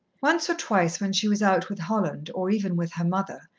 once or twice when she was out with holland, or even with her mother,